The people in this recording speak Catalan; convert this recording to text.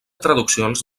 traduccions